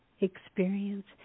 experience